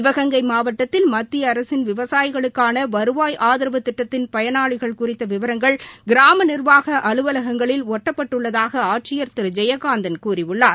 சிவகங்கை மாவட்டத்தில் மத்திய அரசின் விவசாயிகளுக்கான வருவாய் ஆதரவு திட்டத்தின் பயனாளிகள் குறித்த விவரங்கள் கிராம நிர்வாக அலுவலகங்களில் ஒட்டப்பட்டுள்ளதாக ஆட்சியர் திரு ஜெயகாந்தன் கூறியுள்ளார்